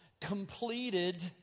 completed